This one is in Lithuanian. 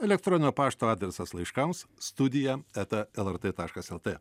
elektroninio pašto adresas laiškams studija eta lrt taškas lt